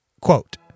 Quote